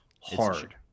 hard